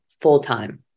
full-time